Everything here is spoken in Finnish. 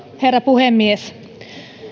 herra puhemies